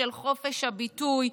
של חופש הביטוי,